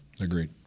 Agreed